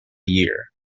year